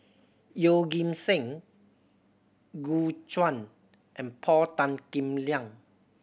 Yeoh Ghim Seng Gu Juan and Paul Tan Kim Liang